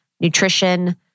nutrition-